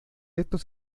estos